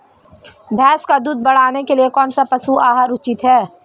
भैंस का दूध बढ़ाने के लिए कौनसा पशु आहार उचित है?